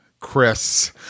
Chris